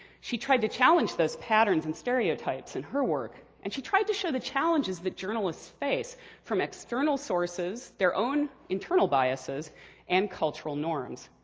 she tried to challenge those patterns and stereotypes in her work and she tried to show the challenges that journalists face from external sources, their own internal biases and cultural norms.